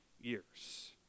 years